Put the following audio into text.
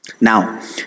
Now